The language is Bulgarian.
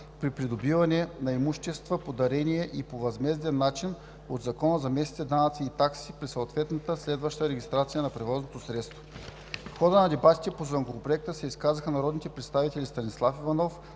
при придобиване на имущества по дарение и по възмезден начин от Закона за местните данъци и такси при съответната следваща регистрация на превозното средство. В хода на дебатите по Законопроекта се изказаха народните представители Станислав Иванов,